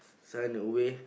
son away